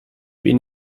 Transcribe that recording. wir